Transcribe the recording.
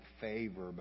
favor